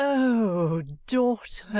o daughter,